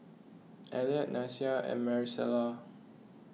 Eliot Nyasia and Marisela